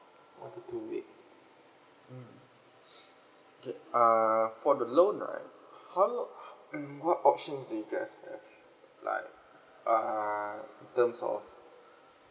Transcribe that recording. one to two weeks hmm okay uh for the loan right how do mm what options do you guys have like uh in terms of